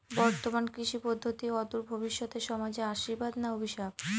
বর্তমান কৃষি পদ্ধতি অদূর ভবিষ্যতে সমাজে আশীর্বাদ না অভিশাপ?